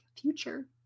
future